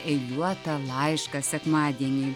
eiliuotą laišką sekmadieniui